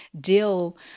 deal